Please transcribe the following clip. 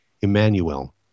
Emmanuel